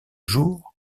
jour